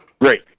Great